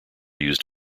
used